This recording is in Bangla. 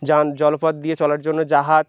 যান জলপথ দিয়ে চলার জন্য জাহাজ